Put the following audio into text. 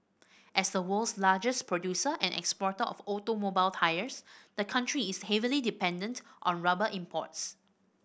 as the world's largest producer and exporter of automobile tyres the country is heavily dependent on rubber imports